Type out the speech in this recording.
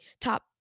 top